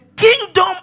Kingdom